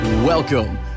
Welcome